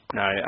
no